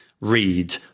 read